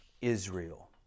Israel